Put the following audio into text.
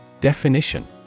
Definition